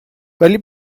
ولی